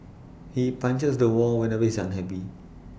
he punches the wall whenever he is unhappy